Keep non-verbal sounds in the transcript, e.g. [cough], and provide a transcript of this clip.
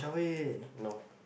[breath] no